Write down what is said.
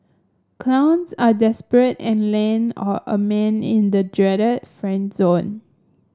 clowns are desperate and land a man in the dreaded friend zone